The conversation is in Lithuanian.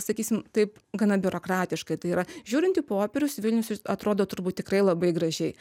sakysim taip gana biurokratiškai tai yra žiūrint į popierius vilnius atrodo turbūt tikrai labai gražiai